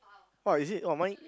!woah! is it oh mine